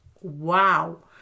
Wow